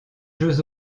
jeux